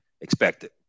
expected